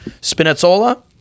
Spinazzola